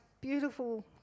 Beautiful